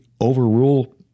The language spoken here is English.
overrule